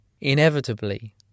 Inevitably